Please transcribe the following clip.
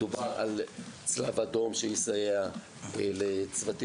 מדובר על הצלב האדום שיסייע לצוותים